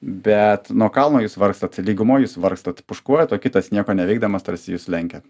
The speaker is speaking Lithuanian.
bet nuo kalno jūs vargstat lygumoj jūs vargstat pūškuojat o kitas nieko neveikdamas tarsi jus lenkia